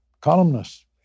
columnists